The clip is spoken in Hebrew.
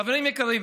חברים יקרים,